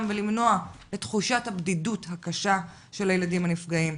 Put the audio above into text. ולמנוע את תחושת הבדידות הקשה של הילדים הנפגעים.